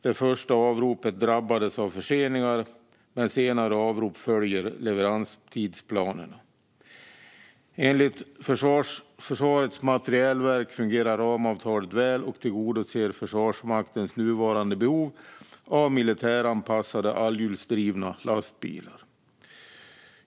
Det första avropet drabbades av förseningar, men senare avrop följer leveranstidsplanerna. Enligt Försvarets materielverk fungerar ramavtalet väl och tillgodoser Försvarsmaktens nuvarande behov av militäranpassade allhjulsdrivna lastbilar.